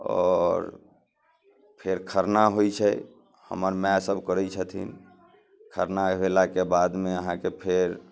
आओर फेर खरना होइ छै हमर माय सब करै छथिन खरना भेलाके बादमे अहाँके फेर